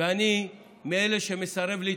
ואני מאלה שמסרבים להתרגש.